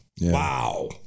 Wow